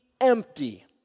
empty